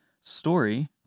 story